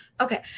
Okay